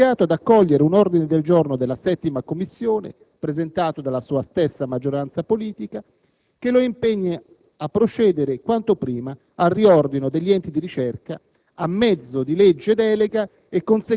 Tanto che il Governo si trova obbligato ad accogliere un ordine del giorno della 7ª Commissione, presentato dalla sua stessa maggioranza politica, che lo impegna a procedere quanto prima al riordino degli enti di ricerca